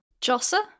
Jossa